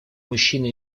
мужчины